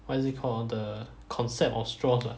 what is it call ah the concept of straws ah